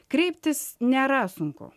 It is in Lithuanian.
kreiptis nėra sunku